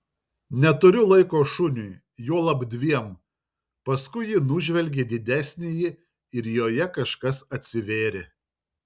neturiu laiko šuniui juolab dviem paskui ji nužvelgė didesnįjį ir joje kažkas atsivėrė